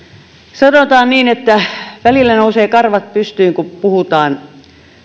sanotaan niin että välillä nousee karvat pystyyn kun puhutaan